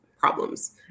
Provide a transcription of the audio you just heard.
problems